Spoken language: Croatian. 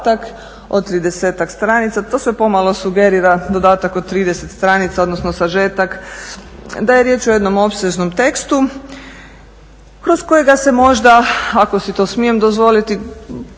dodatak od 30-tak stranica. To sve pomalo sugerira dodatak od 30 stranica, odnosno sažetak da je riječ o jednom opsežnom tekstu kroz kojega se možda ako si to smijem dozvoliti